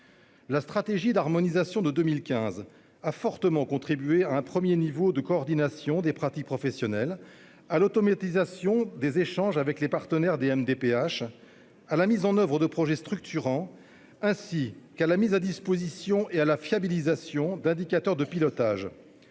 La stratégie d'harmonisation de 2015 a fortement contribué au déploiement d'une première phase de coordination des pratiques professionnelles, à l'automatisation des échanges avec les partenaires des MDPH, à la mise en oeuvre de projets structurants, ainsi qu'à la mise à disposition et à la fiabilisation d'indicateurs de pilotage.